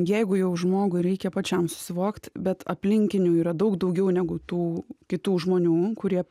jeigu jau žmogui reikia pačiam susivokt bet aplinkinių yra daug daugiau negu tų kitų žmonių kurie